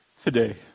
today